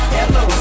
Hello